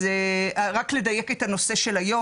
אז רק לדייק את הנושא של היום.